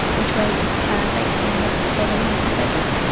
which was ah based on website building and databases.